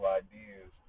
ideas